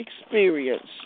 experience